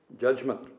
judgment